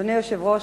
אדוני היושב-ראש,